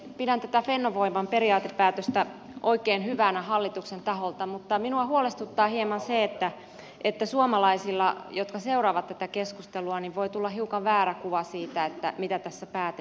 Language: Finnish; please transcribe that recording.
pidän tätä fennovoiman periaatepäätöstä oikein hyvänä hallituksen taholta mutta minua huolestuttaa hieman se että suomalaisille jotka seuraavat tätä keskustelua voi tulla hiukan väärä kuva siitä mitä tässä päätetään